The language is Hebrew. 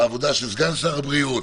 בעבודה של סגן שר הבריאות,